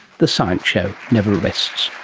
the science show never rests.